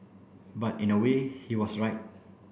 but in a way he was right